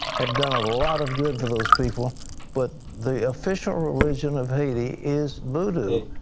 have done a lot of good for those people but the official religion of haiti is voodoo.